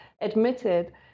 admitted